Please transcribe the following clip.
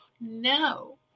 no